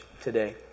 today